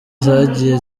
zagiye